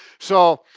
so,